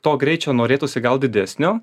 to greičio norėtųsi gal didesnio